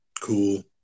Cool